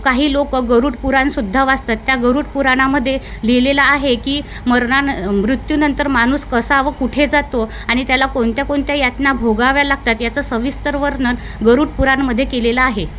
काही लोकं गरुड पुराणसुद्धा वाचतात त्या गरुड पुराणामध्ये लिहिलेलं आहे की मरणान मृत्युनंतर माणुस कसा व कुठे जातो आणि त्याला कोणत्या कोणत्या यातना भोगाव्या लागतात याचं सविस्तर वर्णन गरुड पुराणमध्ये केलेलं आहे